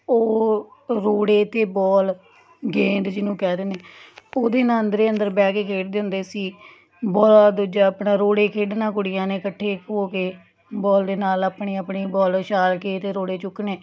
ਉਹ ਰੋੜੇ ਅਤੇ ਬੋਲ ਗੇਂਦ ਜਿਹਨੂੰ ਕਹਿ ਦਿੰਦੇ ਉਹਦੇ ਨਾਲ ਅੰਦਰੇ ਅੰਦਰ ਬਹਿ ਕੇ ਖੇਡਦੇ ਹੁੰਦੇ ਸੀ ਬਹੁਤ ਦੂਜਾ ਆਪਣਾ ਰੋੜੇ ਖੇਡਣਾ ਕੁੜੀਆਂ ਨੇ ਇਕੱਠੇ ਹੋ ਕੇ ਬੋਲ ਦੇ ਨਾਲ ਆਪਣੀ ਆਪਣੀ ਬੋਲ ਉਛਾਲ ਕੇ ਅਤੇ ਰੋੜੇ ਚੁੱਕਣੇ